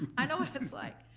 i know what it's like.